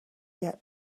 get